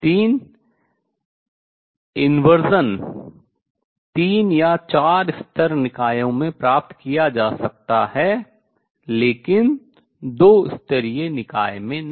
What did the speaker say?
तीन inversion व्युत्क्रमण तीन या चार स्तर निकायों में प्राप्त किया जा सकता है लेकिन दो स्तरीय निकाय में नहीं